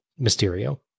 Mysterio